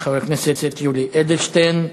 חבר הכנסת יולי אדלשטיין.